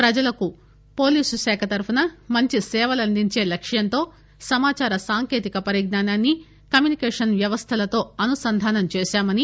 ప్రజలకు పోలీసు శాఖ తరపున మంచి సేవలు అందించే లక్ష్యంతో సమాచార సాంకేతిక పరిజ్ఞానాన్ని కమ్యూనికేషన్ వ్యవస్థలతో అనుసంధానం చేశామని